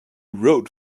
wrote